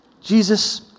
Jesus